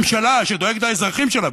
ממשלה שדואגת לאזרחים שלה,